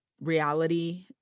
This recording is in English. reality